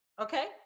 Okay